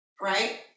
right